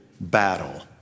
battle